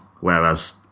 Whereas